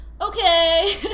okay